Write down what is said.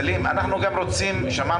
לנו את הסילבוס וכשראינו שזה סילבוס של המוסד